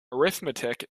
arithmetic